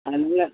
அந்த இதுல